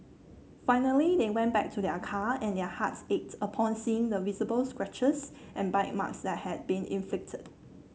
finally they went back to their car and their hearts ached upon seeing the visible scratches and bite marks that had been inflicted